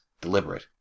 deliberate